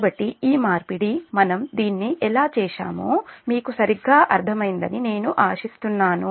కాబట్టి ఈ మార్పిడి మనం దీన్ని ఎలా చేశామో మీకు సరిగ్గా అర్థమైందని నేను ఆశిస్తున్నాను